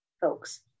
folks